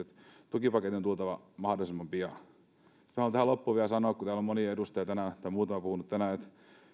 tukipaketin on tultava mahdollisimman pian sitten minä haluan tähän loppuun vielä sanoa kun täällä on moni edustaja tai muutama puhunut tänään